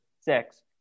Six